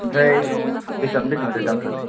ओमफ्राय बेसेबां बेसेबांथो दामफ्रालाय